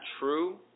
true